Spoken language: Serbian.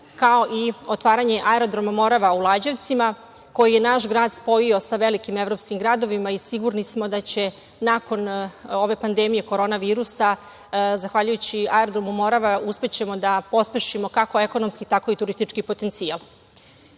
kao i otvaranje aerodroma „Morava“ u Lađevcima, koji je naš grad spojio sa velikim evropskim gradovima i sigurni smo da ćemo nakon ove pandemije korona virusa zahvaljujući aerodromu „Morava“ uspeti da pospešimo kako ekonomski, tako i turistički potencijal. Na